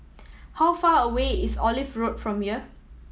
how far away is Olive Road from here